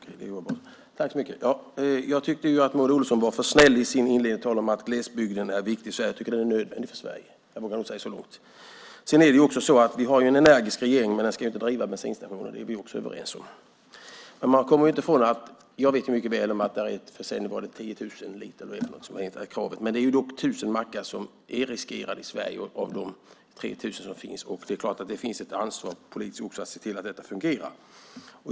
Herr talman! Jag tyckte att Maud Olofsson var för snäll i sitt inledande tal om att glesbygden är viktig för Sverige. Jag tycker att den är nödvändig för Sverige. Jag vågar säga det. Vi har en energisk regering, men den ska inte driva bensinstationer. Det är vi överens om. Jag vet mycket väl att 10 000 liter är kravet. Man kommer inte ifrån det. Men det är 1 000 mackar som riskeras i Sverige av de 3 000 som finns. Det är klart att det också finns ett politiskt ansvar att se till att detta fungerar.